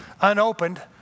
unopened